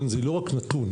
זה לא רק נתון.